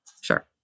Sure